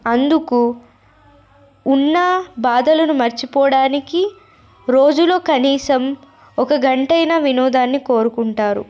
అందుకు ఉన్న బాధలను మర్చిపోవడానికి రోజులో కనీసం ఒక గంటైనా వినోదాన్ని కోరుకుంటారు